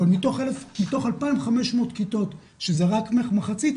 אבל מתוך 2,500 כיתות שזה רק מחצית,